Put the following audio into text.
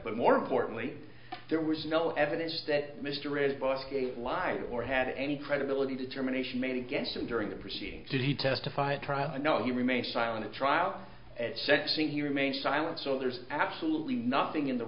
but more importantly there was no evidence that mr it was a liar or had any credibility determination made against him during the proceedings that he testified trial no he remained silent a trial at sentencing he remained silent so there's absolutely nothing in the